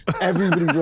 Everybody's